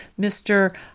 Mr